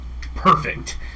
Perfect